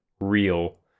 real